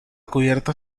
cubierta